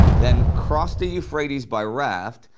then cross the euphrates by raft,